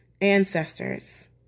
ancestors